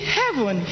heaven